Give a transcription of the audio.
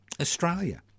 Australia